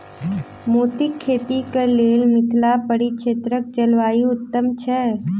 मोतीक खेती केँ लेल मिथिला परिक्षेत्रक जलवायु उत्तम छै?